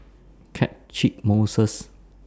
Catchick Moses